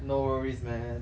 no worries man